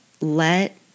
let